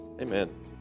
Amen